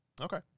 Okay